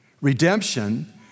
Redemption